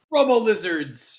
Robo-lizards